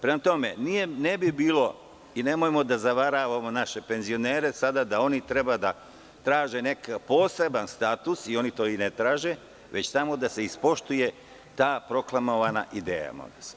Prema tome, nemojmo da zavaravamo naše penzionere sada da oni treba da traže poseban status, oni to i ne traže, već samo da se ispoštuje ta proklamovana ideja.